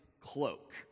cloak